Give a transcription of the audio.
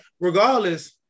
Regardless